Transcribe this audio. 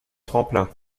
tremplin